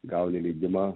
gauni leidimą